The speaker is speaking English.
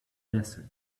desert